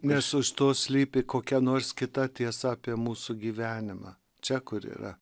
nes už to slypi kokia nors kita tiesa apie mūsų gyvenimą čia kur yra